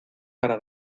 para